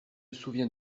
souviens